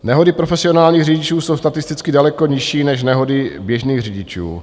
Nehody profesionálních řidičů jsou statisticky daleko nižší než nehody běžných řidičů.